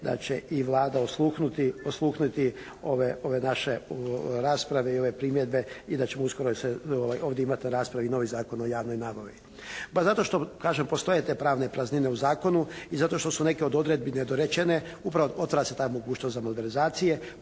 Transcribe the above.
da će i Vlada osluhnuti ove naše rasprave i ove primjedbe i da ćemo uskoro ovdje imati na raspravi novi Zakon o javnoj nabavi. Baš zato što kažem postoje te pravne praznine u zakonu i zato što su neke od odredbi nedorečene, upravo otvara se ta mogućnost za malverzacije.